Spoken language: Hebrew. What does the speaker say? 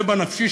ובנפשי,